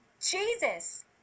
Jesus